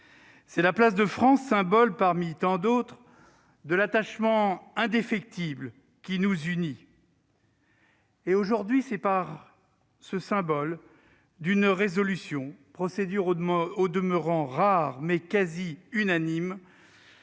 c'est la place de France, symbole parmi tant d'autres de l'attachement indéfectible qui unit nos deux pays. Aujourd'hui, c'est par le symbole d'une résolution- procédure rarement utilisée -quasi unanime